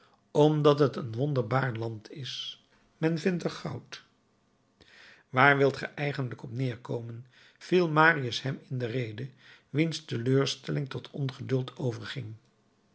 omdat het een wonderbaar land is men vindt er goud waar wilt ge eigenlijk op neerkomen viel marius hem in de rede wiens teleurstelling tot ongeduld